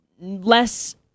less